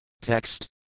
Text